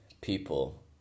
people